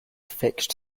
fixed